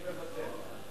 אני מוותר.